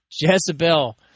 Jezebel